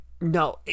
No